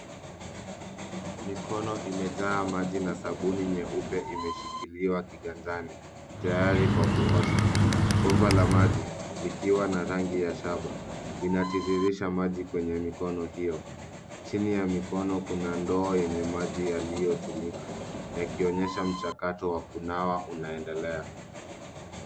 Mikono imejaa maji na sabuni nyeupe imeshikiliwa kiganjani, tayari kwa kuosha. Bomba la maji likiwa na rangi ya shaba, linatiririsha maji kwenye mikono hio. Chini ya mikono, kuna ndoo yenye maji yaliyotumika, yakionyesha mchakato wa kunawa unaendelea.